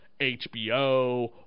HBO